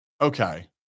Okay